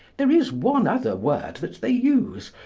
there is one other word that they use.